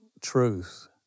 truth